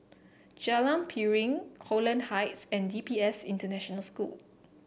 Jalan Piring Holland Heights and D P S International School